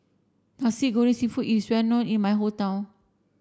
Nasi Goreng Seafood is well known in my hometown